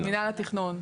מינהל התכנון.